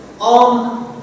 on